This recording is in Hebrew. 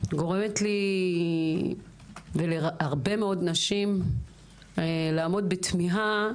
גורמת לי ולהרבה מאוד נשים לעמוד בתמיהה